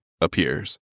appears